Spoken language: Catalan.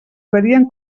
varien